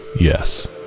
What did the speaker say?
Yes